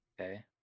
Okay